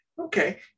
Okay